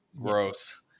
Gross